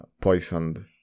poisoned